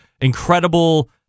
incredible